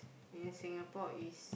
in Singapore is